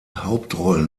hauptrollen